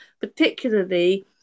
particularly